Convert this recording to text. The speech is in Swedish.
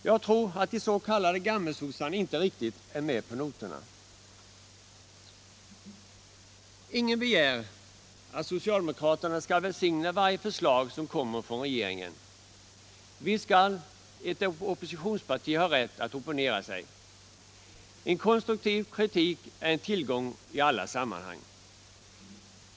Jag tror att de s.k. gammelsossarna inte riktigt är med på noterna. Ingen begär att socialdemokraterna skall välsigna varje förslag som kommer från regeringen. Visst skall ett oppositionsparti ha rätt att opponera sig. En konstruktiv kritik är en tillgång i alla sammanhang.